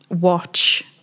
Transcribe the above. watch